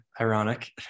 ironic